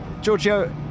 Giorgio